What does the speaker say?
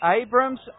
Abrams